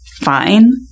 fine